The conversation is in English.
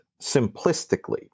simplistically